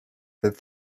that